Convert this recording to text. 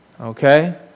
Okay